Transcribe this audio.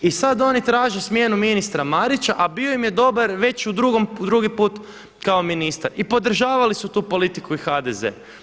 I sad oni traže smjenu ministra Marića, a bio im je dobar već drugi put kao ministar i podržavali su tu politiku i HDZ.